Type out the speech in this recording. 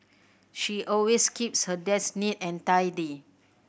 she always keeps her desk neat and tidy